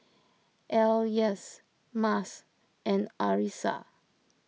Elyas Mas and Arissa